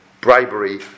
bribery